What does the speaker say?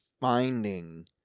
finding